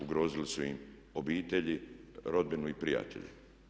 Ugrozili su im obitelji, rodbinu i prijatelje.